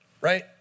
Right